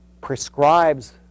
prescribes